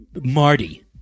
Marty